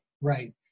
right